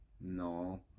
No